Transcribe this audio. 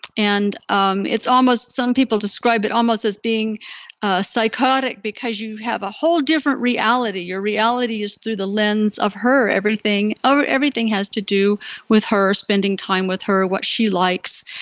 and um it's almost some people describe it almost as being ah psychotic, because you have a whole different reality. your reality is through the lens of her, everything um everything has to do with her, spending time with her, what she likes,